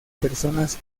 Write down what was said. personas